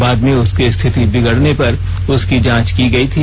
बाद में उसकी स्थिति बिगड़ने पर उसकी जांच की गयी थी